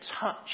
touch